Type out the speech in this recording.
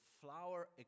flower